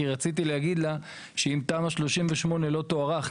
רציתי להגיד לה שאם תמ"א 38 לא תוארך,